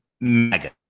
mega